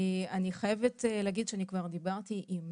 אני חייבת להגיד שאני כבר דיברתי עם